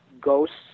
ghosts